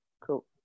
Cool